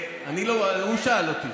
הוא שאל אותי.